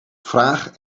vraag